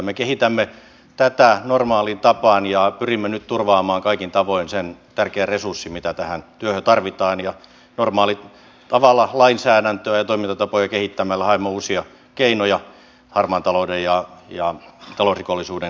me kehitämme tätä normaaliin tapaan ja pyrimme nyt turvaamaan kaikin tavoin sen tärkeän resurssin mitä tähän työhön tarvitaan ja normaalitavalla lainsäädäntöä ja toimintatapoja kehittämällä haemme uusia keinoja harmaan talouden ja talousrikollisuuden kitkemiseksi